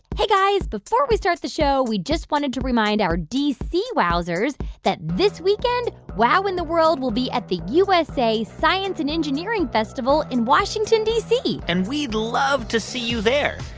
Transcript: hey, guys. before we start the show, we just wanted to remind our d c. wowzers that this weekend, wow in the world will be at the usa science and engineering festival in washington, d c and we'd love to see you there.